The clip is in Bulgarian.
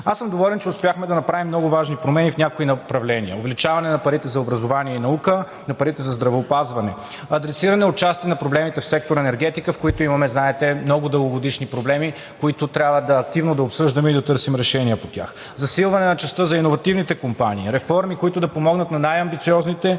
Аз съм доволен, че успяхме да направим много важни промени в някои направления – увеличаване на парите за образование и наука, на парите за здравеопазване, адресиране отчасти на проблемите в сектор „Енергетика“, в който имаме, знаете, много дългогодишни проблеми, които трябва активно да обсъждаме и да търсим решения по тях, засилване на частта за иновативните компании, реформи, които да помогнат на най-амбициозните